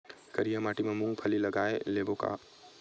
करिया माटी मा मूंग फल्ली लगय लेबों का?